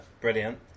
Brilliant